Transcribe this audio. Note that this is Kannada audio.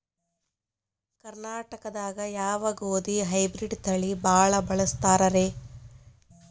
ಕರ್ನಾಟಕದಾಗ ಯಾವ ಗೋಧಿ ಹೈಬ್ರಿಡ್ ತಳಿ ಭಾಳ ಬಳಸ್ತಾರ ರೇ?